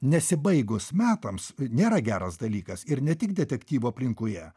nesibaigus metams nėra geras dalykas ir ne tik detektyvų aplinkoje